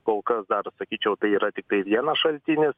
kol kas dar sakyčiau tai yra tiktai vienas šaltinis